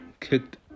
kicked